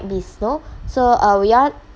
be snow so uh would you all